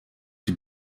die